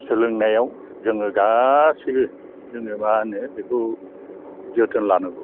सोलोंनायाव जोङो गासिबो जोङो मा होनो बेखौ जोथोन लानांगौ